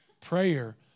Prayer